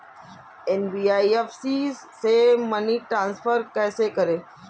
NBFC से money transfer कैसे करें?